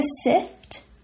sift